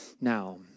now